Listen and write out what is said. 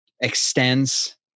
extends